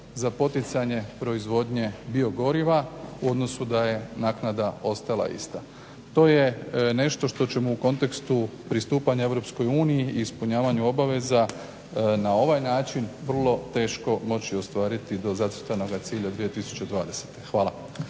za poticanje proizvodnje biogoriva u odnosu da je naknada ostala ista. To je nešto što ćemo u kontekstu pristupanja EU i ispunjavanju obaveza na ovaj način vrlo teško moći ostvariti do zacrtanoga cilja 2020. Hvala.